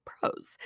pros